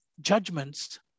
judgments